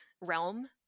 realm